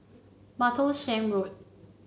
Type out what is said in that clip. Martlesham Road